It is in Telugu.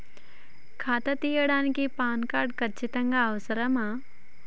ఖాతా తీయడానికి ప్యాన్ కార్డు ఖచ్చితంగా అవసరమా?